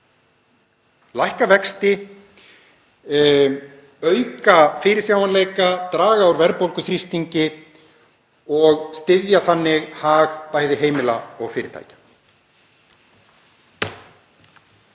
lækka vexti, auka fyrirsjáanleika, draga úr verðbólguþrýstingi og styðja þannig hag bæði heimila og fyrirtækja.